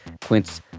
Quince